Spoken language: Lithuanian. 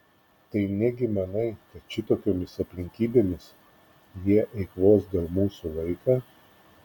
tai negi manai kad šitokiomis aplinkybėmis jie eikvos dėl mūsų laiką